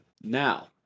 Now